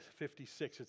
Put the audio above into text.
56